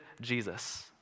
Jesus